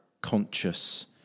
conscious